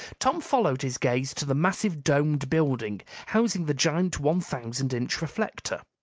tom followed his gaze to the massive domed building, housing the giant one-thousand-inch reflector.